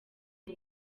ngo